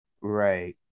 Right